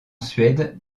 suède